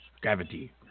Gravity